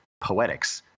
poetics